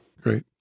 great